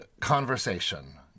conversation